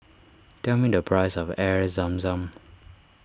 tell me the price of Air Zam Zam